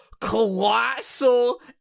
colossal